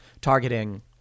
targeting